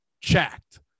checked